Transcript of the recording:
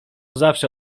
zawsze